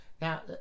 Now